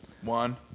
One